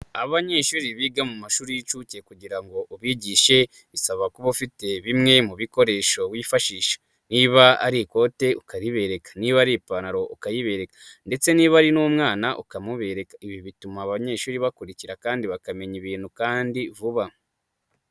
Abanyeshuri biga mu mashuri y'incuke kugira ngo ubigishe ,bisaba kuba ufite bimwe mu bikoresho wifashisha. Niba ari ikote ukaribereka, niba ari ipantaro ukayibereka ndetse niba ari n'umwana ukamubereka, ibi bituma abanyeshuri bakurikira kandi bakamenya ibintu kandi vuba.